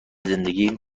زندگیم